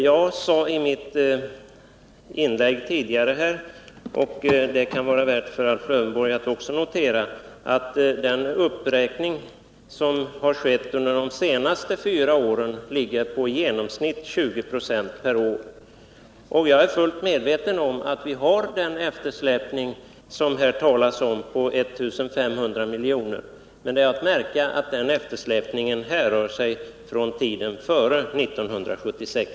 Jag sade i mitt tidigare inlägg, och det kan vara värt att notera även för Alf Lövenborg, att den uppräkning som har skett under de senaste fyra åren ligger på i genomsnitt 20 96 per år. Jag är fullt medveten om att vi har den eftersläpning på 1 500 miljoner som det här talas om. Men det är att märka att den eftersläpningen härrör sig från tiden före 1976.